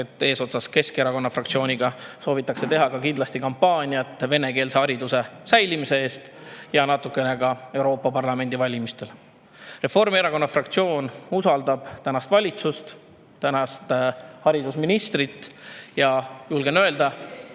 et eesotsas Keskerakonna fraktsiooniga soovitakse teha kampaaniat venekeelse hariduse säilimise eest ja natukene ka [kampaaniat] Euroopa Parlamendi valimisteks. Reformierakonna fraktsioon usaldab tänast valitsust, tänast haridusministrit ja julgen öelda,